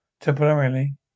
Temporarily